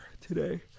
today